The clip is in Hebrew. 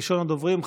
ראשון הדוברים,